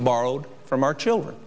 borrowed from our children